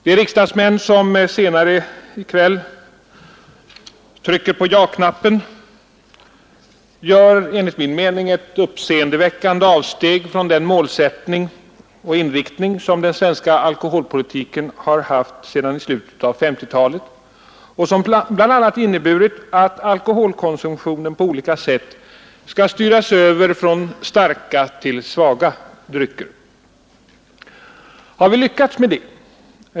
De riksdagsmän som senare i kväll trycker på ja-knappen gör enligt min mening ett uppseendeväckande avsteg från den målsättning och inriktning som den svenska alkoholpolitiken har haft sedan i slutet av 1950-talet och som bl.a. inneburit att alkoholkonsumtionen på olika sätt skall styras över från starka till svaga drycker. Har vi lyckats med det?